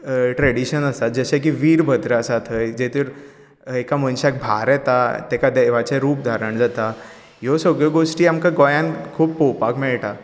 tradition आसा जशें की वीरभद्र आसा थंय जेतूंत एका मनश्याक भार येता तेका देवाचें रूप धारण जाता ह्यो सगळ्यो गोश्टी आमकां गोंयांत खूब पळोवपाक मेळटात